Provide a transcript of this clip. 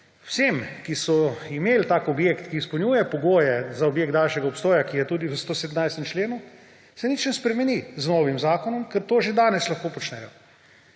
tem, ki so imeli tak objekt, ki izpolnjuje pogoje za objekt daljšega obstoja, ki je tudi v 117. členu, se nič ne spremeni z novim zakonom, ker to že danes lahko počnejo.